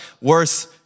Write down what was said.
worse